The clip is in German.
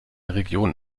region